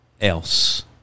else